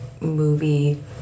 movie